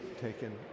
taken